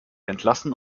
entlassen